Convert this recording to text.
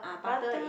butter